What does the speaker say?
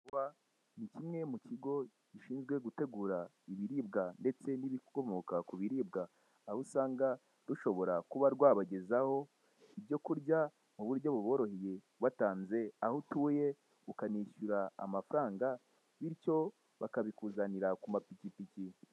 ...ni kimwe mu kigo gishinzwe gutegura ibiribwa ndetse n'ibikomoka ku biribwa, aho usanga rushobora kuba rwabagezaho ibyo kurya mu buryo buboroheye, watanze aho utuye ukanishyura amafaranga bityo bakabikuzanira ku mapikipiki.